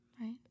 Right